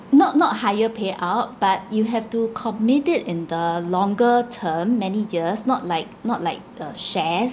not not higher payout but you have to commit it in the longer term many years not like not like uh shares